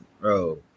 Bro